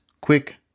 quick